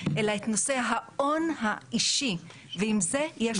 אלא את נושא ההון האישי ועם זה יש לנו בעיה.